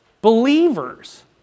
Believers